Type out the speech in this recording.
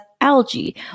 algae